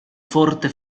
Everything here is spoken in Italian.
forte